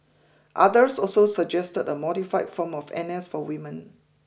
others also suggested a modified form of N S for women